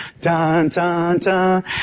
dun-dun-dun